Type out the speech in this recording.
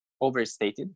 overstated